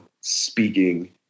speaking